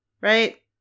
Right